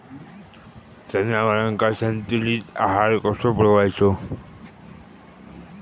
जनावरांका संतुलित आहार कसो पुरवायचो?